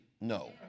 no